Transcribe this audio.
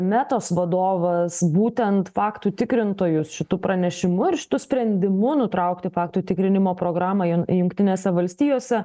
metos vadovas būtent faktų tikrintojus šitu pranešimu ir šitu sprendimu nutraukti faktų tikrinimo programą jun jungtinėse valstijose